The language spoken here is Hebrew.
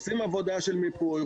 עושים עבודה של מיפוי,